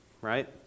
Right